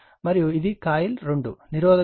మరియు ఇది కోయిల్ 2 నిరోధకత 1